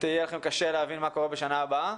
יהיה לכם קשה להבין מה יקרה בשנה הבאה?